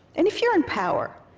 and if you're in power,